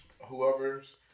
whoever's